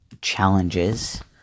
challenges